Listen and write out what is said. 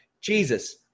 Jesus